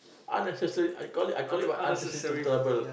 unnecessary I call it I call it what unnecessary to trouble